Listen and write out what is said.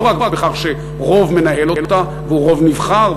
לא רק בכך שרוב מנהל אותה והוא רוב נבחר,